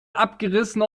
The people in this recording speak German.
abgerissen